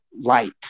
light